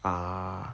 ah